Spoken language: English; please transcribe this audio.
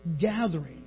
gathering